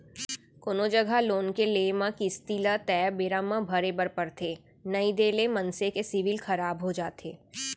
कोनो जघा लोन के लेए म किस्ती ल तय बेरा म भरे बर परथे नइ देय ले मनसे के सिविल खराब हो जाथे